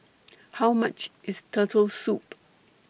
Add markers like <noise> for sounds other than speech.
<noise> How much IS Turtle Soup